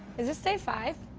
is is day five.